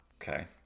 okay